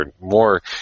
more